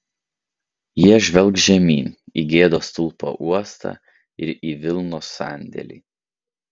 jie žvelgs žemyn į gėdos stulpo uostą ir į vilnos sandėlį